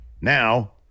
Now